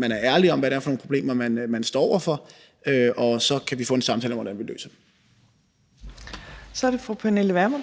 man er ærlig om, hvad det er for nogle problemer, man står over for, og så kan vi få en samtale om, hvordan vi løser det. Kl. 11:55 Fjerde næstformand